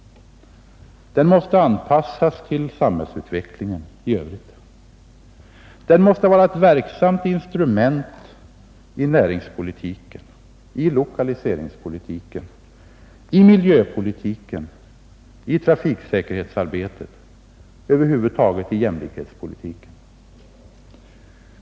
Den måste anpassas till samhällsutvecklingen i övrigt. Den måste vara ett verksamt instrument i näringspolitiken, i lokaliseringspolitiken, i miljöpolitiken, i trafiksäkerhetsarbetet, över huvud taget i jämlikhetspolitiken.